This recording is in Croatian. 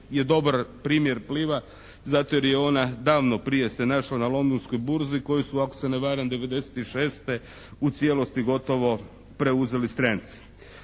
je dobar primjer Pliva zato jer je ona davno prije se našla na londonskoj burzi koji su ako se ne varam '96. u cijelosti gotovo preuzeli stranci.